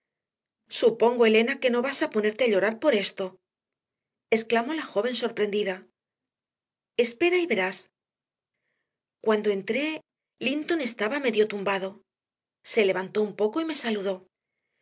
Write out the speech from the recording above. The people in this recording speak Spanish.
supongo elena que no vas a ponerte a llorar por esto exclamó la joven sorprendida espera y verás cuando entré linton estaba medio tumbado se levantó un poco y me saludó